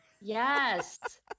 Yes